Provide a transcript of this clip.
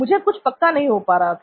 मुझे कुछ पक्का नहीं हो पा रहा था